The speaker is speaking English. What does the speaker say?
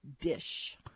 dish